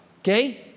Okay